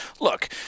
look